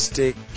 Stick